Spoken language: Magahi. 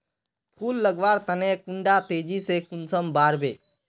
फुल लगवार तने कुंडा तेजी से कुंसम बार वे?